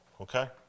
okay